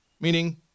meaning